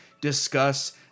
discuss